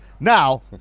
Now